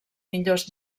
millors